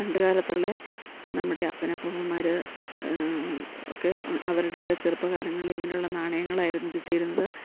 പണ്ട് കാലത്തുള്ള നമ്മുടെ അപ്പനപ്പുപ്പന്മാർ ഒക്കെ അവരുടെ ഒക്കെ ചെറുപ്പ കാലങ്ങളിൽ ഇങ്ങനെയുള്ള നാണയങ്ങളായിരുന്നു കിട്ടിയിരുന്നത്